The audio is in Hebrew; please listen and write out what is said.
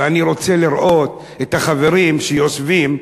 ואני רוצה לראות את החברים שיושבים,